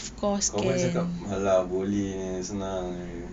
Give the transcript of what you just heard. confirm cakap ala boleh punya senang jer